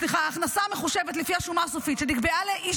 ההכנסה המחושבת לפי השומה הסופית שנקבעה לאיש